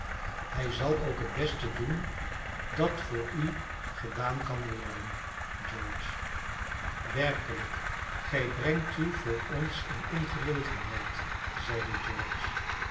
hij zal ook het beste doen dat voor u gedaan kan worden george werkelijk gij brengt u voor ons in ongelegenheid zeide george